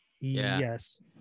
Yes